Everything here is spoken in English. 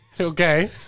Okay